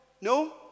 No